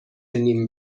نیم